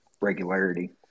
regularity